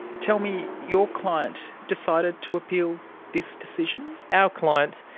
tell me, your client decided to appeal this decision? our client,